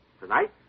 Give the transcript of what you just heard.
Tonight